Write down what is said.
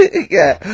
yeah.